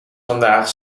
vandaag